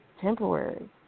temporary